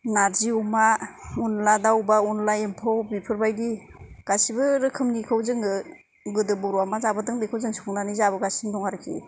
नारजि अमा अनद्ला दाउ अनद्ला एम्फौ बेफोरबायदि गासिबो रोखोमनिखौ जोङो गोदो बर'आ मा जाबोदों बेखौ जों संनानै जाबोगासिनो दं आरोखि